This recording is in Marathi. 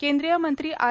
केंद्रीय मंत्री आर